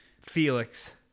Felix